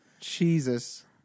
Jesus